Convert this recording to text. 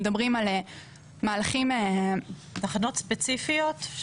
תחנות ספציפיות?